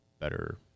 better